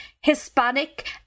Hispanic